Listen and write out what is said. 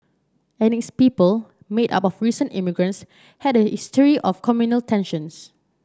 and its people made up of recent immigrants had a history of communal tensions